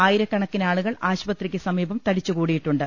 ആയിരക്കണക്കിനാളുകൾ ആശുപ ത്രിയ്ക്ക് സമീപം തടിച്ചുകൂടിയിട്ടുണ്ട്